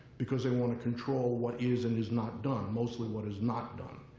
because they want to control what is and is not done, mostly what is not done.